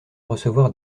recevoir